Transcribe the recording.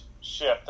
shift